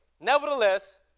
nevertheless